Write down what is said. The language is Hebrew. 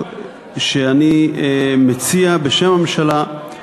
לקריאה ראשונה, שגם קיבלה פטור מחובת הנחה.